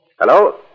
Hello